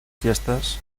fiestas